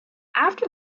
after